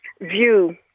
view